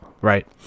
Right